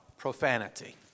Profanity